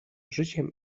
życiem